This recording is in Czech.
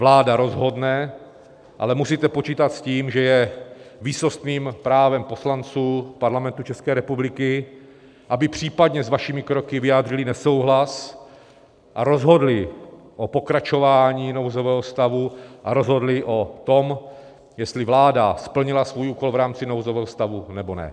Vláda rozhodne, ale musíte počítat s tím, že je výsostným právem poslanců Parlamentu České republiky, aby případně s vašimi kroky vyjádřili nesouhlas a rozhodli o pokračování nouzového stavu a rozhodli o tom, jestli vláda splnila svůj úkol v rámci nouzového stavu, nebo ne.